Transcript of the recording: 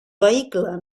vehicle